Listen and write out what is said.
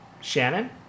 Shannon